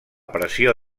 pressió